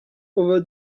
over